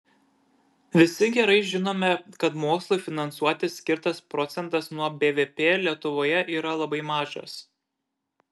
visi gerai žinome kad mokslui finansuoti skirtas procentas nuo bvp lietuvoje yra labai mažas